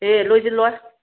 ꯑꯦ ꯂꯣꯏꯁꯤꯜꯂꯣꯏ